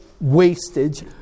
wastage